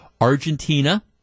Argentina